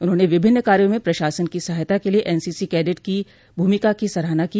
उन्होंने विभिन्न कार्यो में प्रशासन की सहायता के लिए एनसीसी कैडेटों की भूमिका की सराहना की